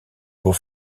beau